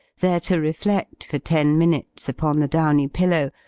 there to reflect for ten minutes upon the downy pillow,